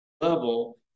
level